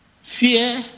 Fear